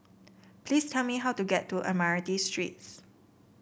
please tell me how to get to Admiralty Street